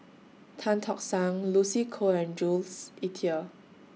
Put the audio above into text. Tan Tock San Lucy Koh and Jules Itier